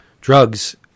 drugs